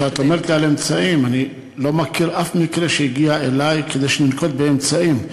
כשאת אומרת "אמצעים" אני לא מכיר אף מקרה שהגיע אלי כדי שננקוט אמצעים.